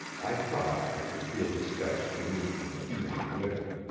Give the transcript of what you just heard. i thought i could feel the steps beneath me heaving with it.